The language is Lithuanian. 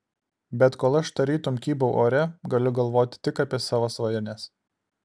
bet kol aš tarytum kybau ore galiu galvoti tik apie savo svajones